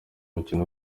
umukino